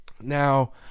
now